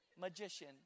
Magician